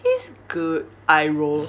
he's good eye roll